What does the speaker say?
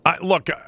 Look